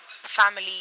family